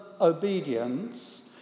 obedience